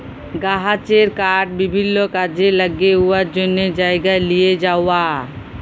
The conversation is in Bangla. গাহাচের কাঠ বিভিল্ল্য কাজে ল্যাগে উয়ার জ্যনহে জায়গায় লিঁয়ে যাউয়া